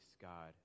God